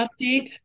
update